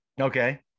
okay